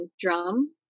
drum